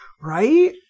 Right